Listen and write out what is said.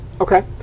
Okay